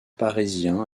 parisien